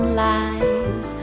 lies